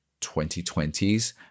2020s